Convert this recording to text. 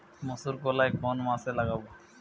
মুসুরকলাই কোন মাসে লাগাব?